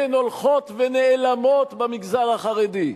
הן הולכות ונעלמות במגזר החרדי.